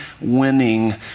winning